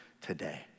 today